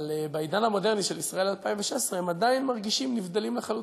אבל בעידן המודרני של ישראל 2016 הם עדיין מרגישים נבדלים לחלוטין.